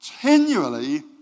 continually